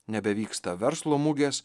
nebevyksta verslo mugės